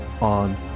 on